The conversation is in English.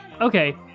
okay